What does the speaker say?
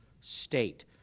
state